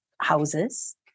houses